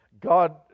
God